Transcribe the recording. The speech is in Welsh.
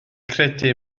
credu